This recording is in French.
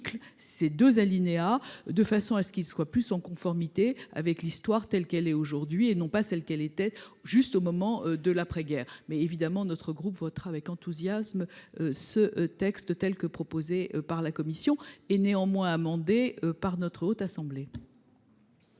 ces 2 alinéas de façon à ce qu'il soit plus en conformité avec l'histoire telle qu'elle est aujourd'hui et non pas celle qu'elle était juste au moment de l'après-guerre mais évidemment notre groupe votera avec enthousiasme. Ce texte telle que proposée par la Commission et néanmoins amendé par notre haute assemblée.